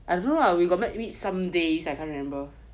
I don't know lah we got met meet some days I can't remember